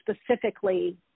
specifically